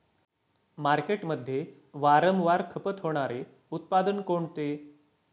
मार्केटमध्ये वारंवार खपत होणारे उत्पादन कोणते?